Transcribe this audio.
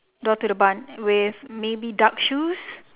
door to the barn with maybe dark shoes